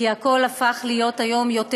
כי הכול הפך להיות היום יותר,